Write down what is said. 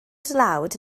dlawd